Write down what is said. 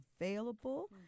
available